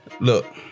Look